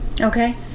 okay